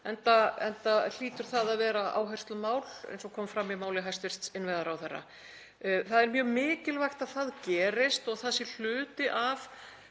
enda hlýtur það að vera áherslumál eins og kom fram í máli hæstv. innviðaráðherra. Það er mjög mikilvægt að það gerist og það sé hluti af